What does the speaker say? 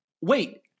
wait